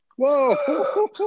Whoa